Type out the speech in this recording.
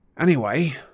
Anyway